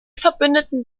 verbündeten